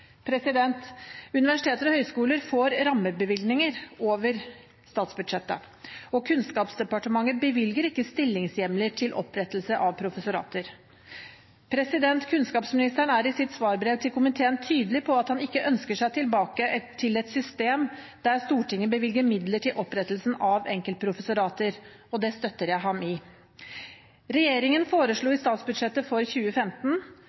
Universiteter og høyskoler får rammebevilgninger over statsbudsjettet. Kunnskapsdepartementet bevilger ikke stillingshjemler til opprettelse av professorater. Kunnskapsministeren er i sitt svarbrev til komiteen tydelig på at han ikke ønsker seg tilbake til et system der Stortinget bevilger midler til opprettelsen av enkeltprofessorater, og det støtter jeg ham i. Regjeringen foreslo i statsbudsjettet for 2015,